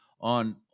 on